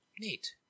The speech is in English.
Neat